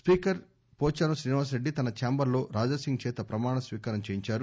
speaker Pocharam Srinivasa Reddy తన ఛాంబర్లో రాజాసింగ్ చేత ప్రమాణ స్పీకారం చేయించారు